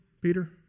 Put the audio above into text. Peter